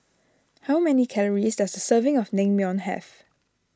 how many calories does a serving of Naengmyeon have